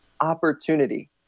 opportunity